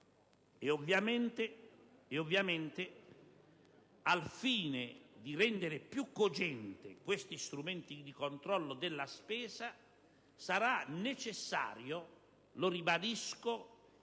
ovviamente, al fine di rendere più cogenti questi strumenti di controllo della spesa, sarà necessario - lo ribadisco